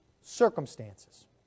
circumstances